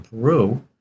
peru